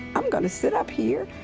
i'm gonna sit up here.